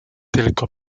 tylko